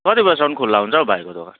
कति बजीसम्म खुला हुन्छ हौ भाइको दोकान